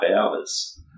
hours